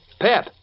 Pep